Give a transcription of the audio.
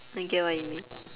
I get what you mean